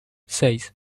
seis